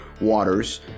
Waters